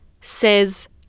says